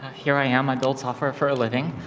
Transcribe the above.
here i am, adults offer for a living.